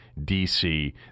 DC